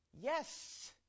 Yes